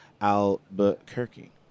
Albuquerque